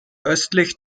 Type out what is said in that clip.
östlich